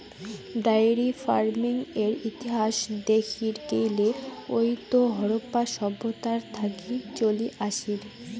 diary ফার্মিংয়ের ইতিহাস দেখির গেইলে ওইতো হারাপ্পা সভ্যতা থাকি চলি আসির